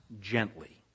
gently